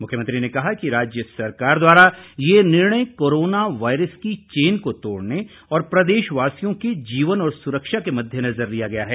मुख्यमंत्री ने कहा कि राज्य सरकार द्वारा यह निर्णय कोरोना वायरस की चेन को तोड़ने और प्रदेशवासियों के जीवन और सुरक्षा के मद्देनजर लिया गया है